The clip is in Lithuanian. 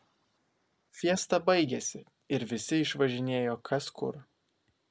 fiesta baigėsi ir visi išvažinėjo kas kur